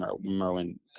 Merwin